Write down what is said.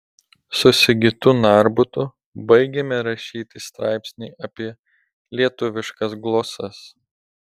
su sigitu narbutu baigėme rašyti straipsnį apie lietuviškas glosas